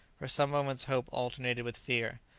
for some moments hope alternated with fear.